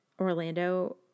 Orlando